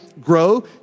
grow